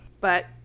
But-